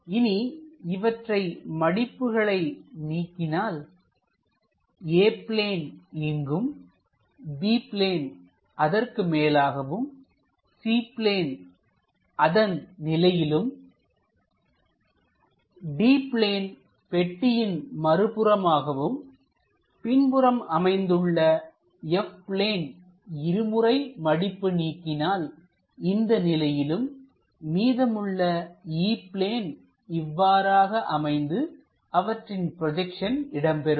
இனி இவற்றை மடிப்புகளை நீக்கினால் A பிளேன் இங்கும் B பிளேன் அதற்கு மேலாகவும்C பிளேன் அதன் நிலையிலும்D பிளேன் பெட்டியின் மறுபுறம் ஆகவும்பின்புறம் அமைந்துள்ள F பிளேன் இருமுறை மடிப்பு நீக்கினால் இந்த நிலையிலும் மீதமுள்ள E பிளேன் இவ்வாறு ஆக அமைந்து அவற்றின் ப்ரொஜெக்ஷன் இடம்பெறும்